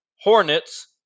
Hornets